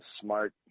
smart